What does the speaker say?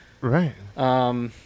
Right